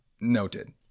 Noted